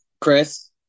Chris